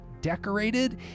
decorated